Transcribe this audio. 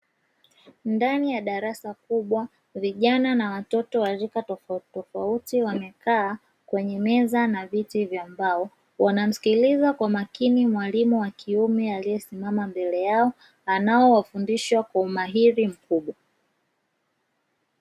Ndani ya darasa kubwa vijana na watoto wa rika tofautitofauti wamekaa kwenye meza na viti vya mbao; wanamsikiliza kwa makini mwalimu wakiume aliyesimama mbele yao anayewafundisha kwa umahiri mkubwa.